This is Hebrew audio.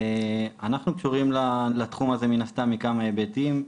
אנחנו קשורים לתחום הזה, מן הסתם, מכמה היבטים.